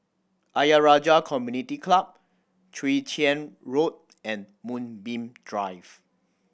Ayer Rajah Community Club Chwee Chian Road and Moonbeam Drive